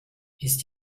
ist